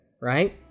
right